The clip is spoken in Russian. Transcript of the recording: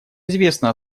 известно